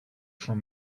from